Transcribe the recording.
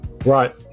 Right